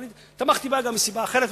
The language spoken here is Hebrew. אבל תמכתי בה גם מסיבה אחרת,